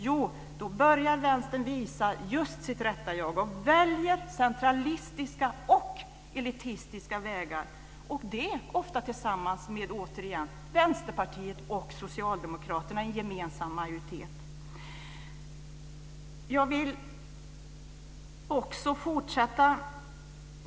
Jo, då börjar Vänstern visa sitt rätta jag och välja centralistiska och elitistiska vägar. Det gör man, återigen, ofta tillsammans med Miljöpartiet och Socialdemokraterna i en gemensam majoritet. Jag vill fortsätta med Vänsterpartiet.